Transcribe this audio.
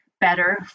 better